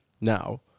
now